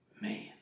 Man